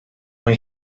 mae